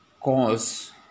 cause